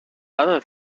other